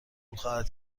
خواهد